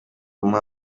amuha